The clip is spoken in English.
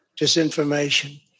disinformation